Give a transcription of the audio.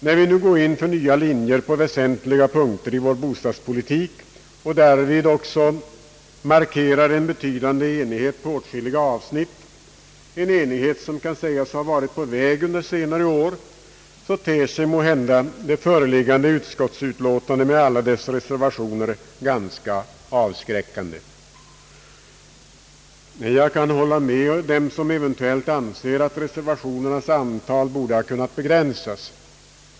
När vi nu går in för nya linjer på väsentliga punkter i vår bostadspolitik och därmed också markerar en betydande enighet på åtskilliga avsnitt, en enighet som kan sägas ha varit på väg under senare år, ter sig måhända det föreliggande <utskottsutlåtandet med alla dess reservationer ganska avskräckande. Jag kan hålla med dem som eventuellt anser att reservationernas antal borde ha kunnat begränsas.